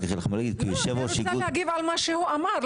אני רוצה להגיב על מה שהוא אמר.